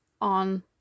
on